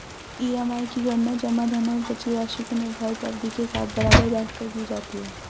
EMI की गणना जमा धन और बची राशि को निर्धारित अवधि के साथ बराबर बाँट कर की जाती है